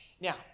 Now